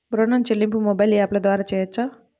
ఋణం చెల్లింపు మొబైల్ యాప్ల ద్వార చేయవచ్చా?